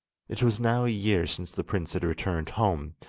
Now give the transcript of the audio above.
it was now a year since the prince had returned home,